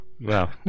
wow